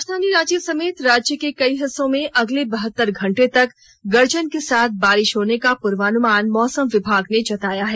राजधानी रांची समेत राज्य के कई हिस्सों में अगले बहत्तर घंटे तक गर्जन के साथ बारिश होने का पुर्वानुमान मौसम विभाग ने जताया है